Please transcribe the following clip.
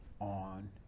on